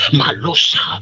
malusa